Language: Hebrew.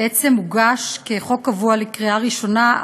מס' 7) בעצם הוגש כחוק קבוע לקריאה ראשונה,